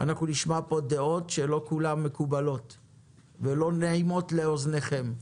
אנחנו נשמע פה דעות שלא כולן מקובלות עליכם ולא נעימות לאוזנכם.